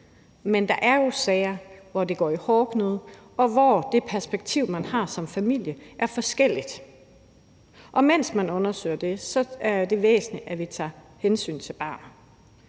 Men der er jo sager, hvor det går i hårdknude, og hvor det perspektiv, man har som familie, er forskelligt. Og mens man undersøger det, er det væsentligt, at vi tager hensyn til barnet.